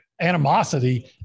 animosity